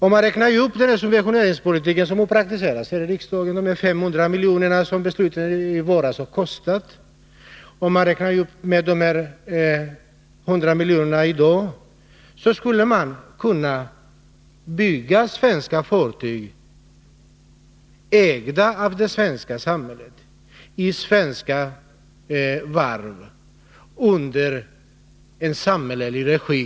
Med de 500 milj.kr. i subvention som beslutet från i våras innebar och de 100 milj.kr. som dagens beslut innebär skulle man ha kunnat bygga svenska fartyg i svenska varv under samhällelig regi.